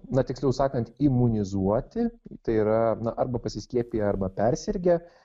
na tiksliau sakant imunizuoti tai yra arba pasiskiepiję arba persirgę